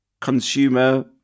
consumer